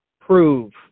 prove